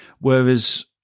Whereas